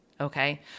okay